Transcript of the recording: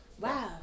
Wow